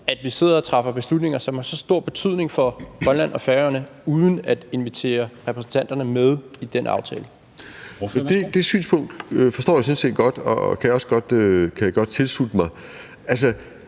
at vi sidder og træffer beslutninger, som har så stor betydning for Grønland og Færøerne, uden at invitere repræsentanterne med i den aftale. Kl. 14:08 Martin Lidegaard (RV): Det synspunkt forstår jeg sådan set godt og kan godt tilslutte mig.